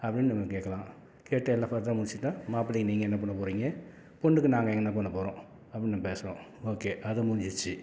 அப்படின்னு நம்ம கேட்கலாம் கேட்டு எல்லாம் ஃபர்தராக முடிச்சிட்டா மாப்பிள்ளைக்கு நீங்கள் என்ன பண்ண போகிறீங்க பொண்ணுக்கு நாங்கள் என்ன பண்ண போகிறோம் அப்படின்னு பேசுறோம் ஓகே அது முடிஞ்சிருச்சு